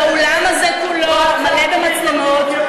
האולם הזה כולו מלא במצלמות.